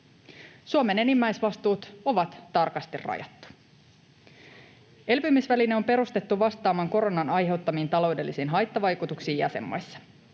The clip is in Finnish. Suomen enimmäisvastuut on tarkasti rajattu. Elpymisväline on perustettu vastaamaan koronan aiheuttamiin taloudellisiin haittavaikutuksiin jäsenmaissa.